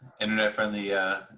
internet-friendly